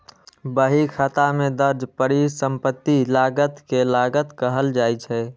बहीखाता मे दर्ज परिसंपत्ति लागत कें लागत कहल जाइ छै